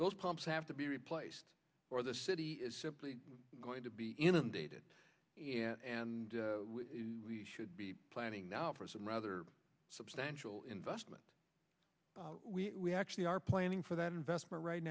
those pumps have to be replaced or the city is simply going to be inundated and should be planning now for some rather substantial investment we actually are planning for that investment right